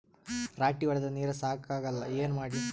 ರಾಟಿ ಹೊಡದ ನೀರ ಸಾಕಾಗಲ್ಲ ಏನ ಮಾಡ್ಲಿ?